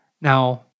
Now